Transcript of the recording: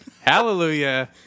hallelujah